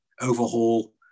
overhaul